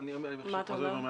מה אתה אומר?